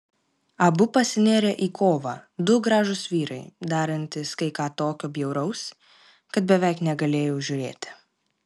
abu pasinėrė į kovą du gražūs vyrai darantys kai ką tokio bjauraus kad beveik negalėjau žiūrėti